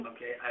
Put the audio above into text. Okay